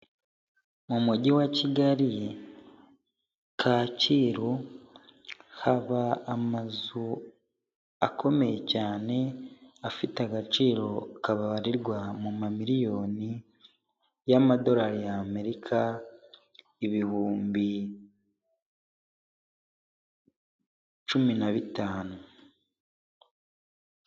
Mu mujyi wa Kigali Kacyiru haba amazu akomeye cyane, afite agaciro kabarirwa mu mamiliyoni y'amadolari y'Amerika ibihumbi cumi na bitanu.